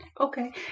Okay